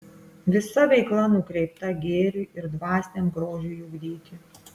visa veikla nukreipta gėriui ir dvasiniam grožiui ugdyti